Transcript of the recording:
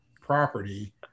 property